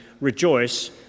rejoice